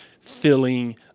filling